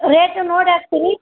rate ನೋಡಿ ಹಾಕ್ತಿರಿ